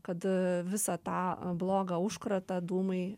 kad visą tą blogą užkratą dūmai